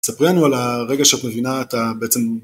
ספרי לנו על הרגע שאת מבינה את ה.. בעצם